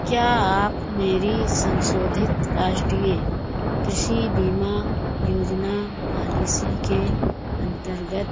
क्या आप मेरी सन्शोधित राष्ट्रीय कृषि बीमा योजना पॉलिसी के अन्तर्गत कवरेज़ के दायरे के बारे में जानकारी दे सकते हैं विशेष रूप से मैं यह जानने में रुचि रखता हूँ कि क्या यह क्षेत्र आधारित बीमा व्याप्ति को कवर करती है